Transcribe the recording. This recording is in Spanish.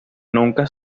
nunca